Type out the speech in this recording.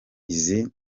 izi